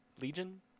legion